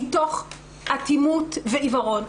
מתוך אטימות ועיוורון.